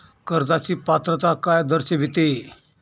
कर्जाची पात्रता काय दर्शविते?